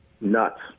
nuts